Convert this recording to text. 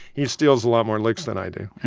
he steals a lot more licks than i do